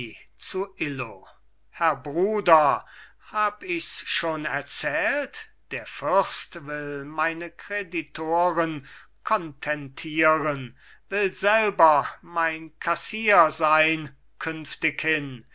illo herr bruder hab ichs schon erzählt der fürst will meine kreditoren kontentieren will selber mein kassier sein künftighin